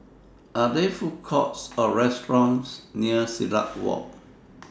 Are There Food Courts Or restaurants near Silat Walk